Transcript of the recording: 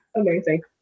amazing